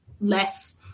less